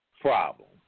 problem